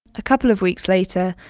a couple of weeks later,